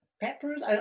Peppers